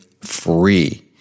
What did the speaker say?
free